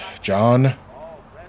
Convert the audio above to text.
John